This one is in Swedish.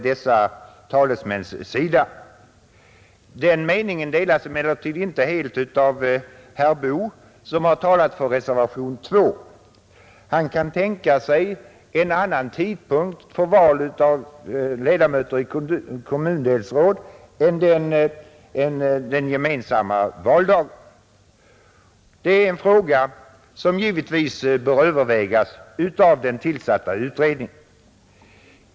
Den meningen delas emellertid inte helt av herr Boo, som talat för reservationen 2. Han kan tänka sig en annan tidpunkt för val av ledamöter i kommundelsråd än den gemensamma valdagen. Det är en fråga som givetvis bör övervägas av den tillsatta utredningen.